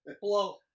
Blow